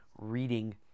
reading